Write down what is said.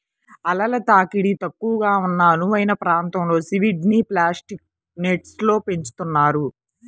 అలల తాకిడి తక్కువగా ఉన్న అనువైన ప్రాంతంలో సీవీడ్ని ప్లాస్టిక్ నెట్స్లో పెంచుతున్నారు